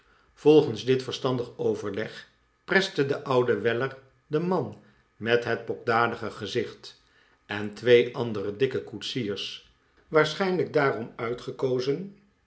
volgens dit verstandig overleg preste de oude weller den man met het pokdalige gezicht en twee andere dikke koetsiefs tm waarschijnlijk daarom uitgekozen